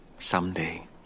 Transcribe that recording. Someday